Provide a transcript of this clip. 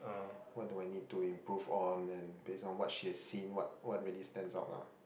what do I need to improve on then based on what she had seen what what really stand out lah